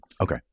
Okay